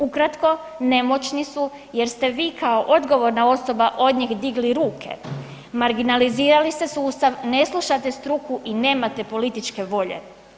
Ukratko, nemoćni su jer ste vi kao odgovorna osoba od njih digli ruke, marginalizirali ste sustav, ne slušate struku i nemate političke volje.